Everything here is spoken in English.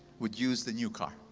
would use the new car.